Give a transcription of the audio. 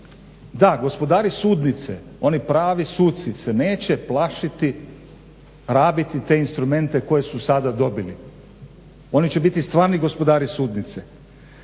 Da gospodari sudnice, oni pravi suci se neće plašiti rabiti te instrumente koje su sada dobili. Oni će biti stvarni gospodari sudnice.